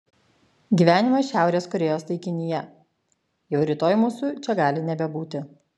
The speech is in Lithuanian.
gyvenimas šiaurės korėjos taikinyje jau rytoj mūsų čia gali nebebūti